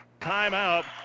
timeout